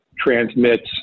Transmits